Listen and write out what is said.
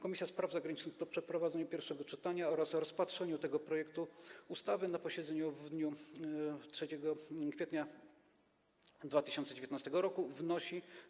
Komisja Spraw Zagranicznych po przeprowadzeniu pierwszego czytania oraz rozpatrzeniu tego projektu ustawy na posiedzeniu w dniu 3 kwietnia 2019 r. wnosi: